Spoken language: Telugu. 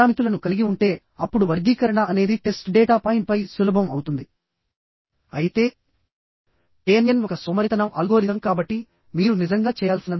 కేబుల్ స్టేడ్ బ్రిడ్జి లో స్టేడ్ కేబుల్స్ ని టెన్షన్ మెంబర్స్ గా డిజైన్ చెయ్యాలి